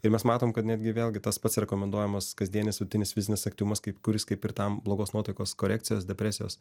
ir mes matom kad netgi vėlgi tas pats rekomenduojamas kasdienis vidutinis fizinis aktyvumas kaip kuris kaip ir tam blogos nuotaikos korekcijos depresijos